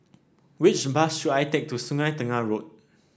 which bus should I take to Sungei Tengah Road